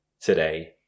today